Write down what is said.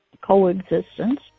coexistence